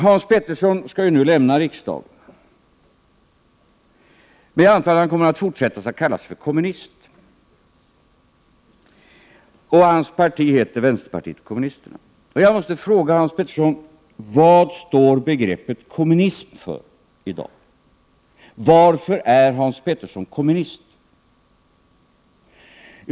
Hans Petersson skall nu lämna riksdagen, men jag antar att han kommer att fortsätta att kalla sig kommunist. Hans parti heter vänsterpartiet kommunisterna. Jag måste fråga Hans Petersson: Vad står begreppet kommunism för i dag? Varför är Hans Petersson kommunist?